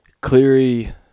Cleary